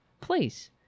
Please